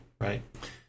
right